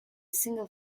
single